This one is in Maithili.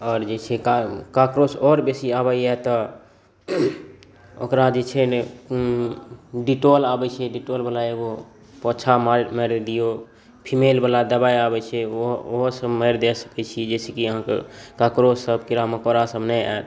आओर जे छै काक काकरोच आओर बेसी आबैया तऽ ओकरा जे छै ने उओ डिटोल आबै छै डिटोलबला ओ पोछा मारि दियौ फिनेलबला दबाइ आबै छै ओ ओहो सऽ मारि दए सकै छी जाहिसॅं की अहाँके काकरोच सब कीड़ा मकोड़ा सब नहि आयत